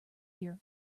year